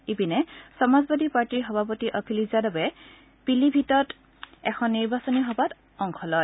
ইপিনে সমাজবাদী পাৰ্টীৰ সভাপতি অখিলেশ যাদৱে পিলিভিটত এখন নিৰ্বাচনী সভাত অংশ লয়